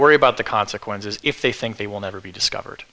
worry about the consequences if they think they will never be discovered